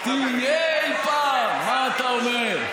תהיה אי-פעם, מה אתה אומר.